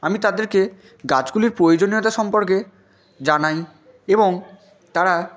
আমি তাদেরকে গাছগুলির প্রয়োজনীয়তা সম্পর্কে জানাই এবং তারা